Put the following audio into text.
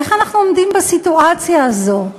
איך אנחנו עומדים בסיטואציה הזאת?